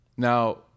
Now